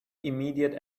immediate